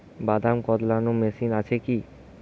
বাদাম কদলানো মেশিন আছেকি?